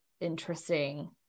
interesting